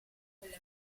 quelle